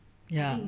ya